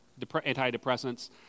antidepressants